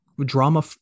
drama